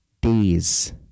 days